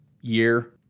year